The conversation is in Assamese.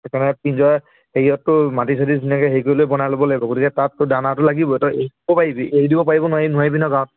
সেইকাৰণে পিঞ্জৰা হেৰিয়ততো মাটি চাটি ধুনীয়াকৈ হেৰি কৰি লৈ বনাই ল'ব লাগিব গতিকে তাততো দানাটো লাগিবই তই এৰি দিব পাৰিবি এৰি দিব পাৰিব নোৱাৰি নোৱাৰিবি নহয় গাঁৱত